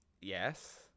Yes